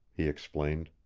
he explained.